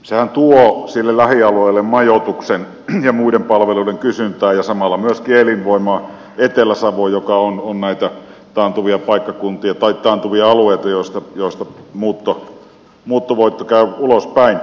sehän tuo sille lähialueelle majoituksen ja muiden palveluiden kysyntää ja samalla myöskin elinvoimaa etelä savoon joka on näitä taantuvia alueita mistä muuttovoitto käy ulospäin